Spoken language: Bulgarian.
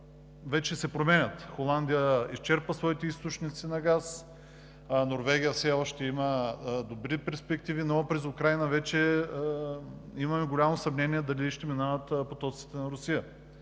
вече се променят. Холандия изчерпа своите източници на газ, Норвегия все още има добри перспективи, но през Украйна вече имаме голямо съмнение, дали ще минават потоците на Русия?